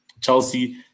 Chelsea